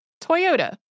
Toyota